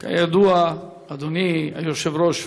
כידוע, אדוני היושב-ראש,